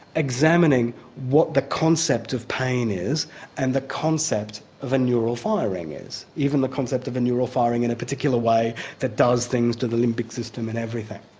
examining what the concept of pain is and the concept of a neural firing is, even the concept of a neural firing in a particular way that does things to the limbic system and everything.